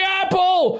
apple